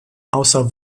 außer